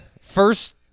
First